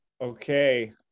Okay